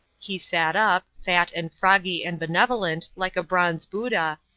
he sat up, fat and froggy and benevolent, like a bronze buddha,